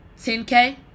10k